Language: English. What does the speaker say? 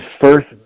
first